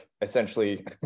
essentially